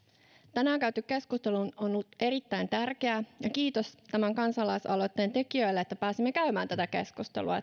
tänään käyty keskustelu on on ollut erittäin tärkeää ja kiitos tämän kansalaisaloitteen tekijöille että pääsimme käymään tätä keskustelua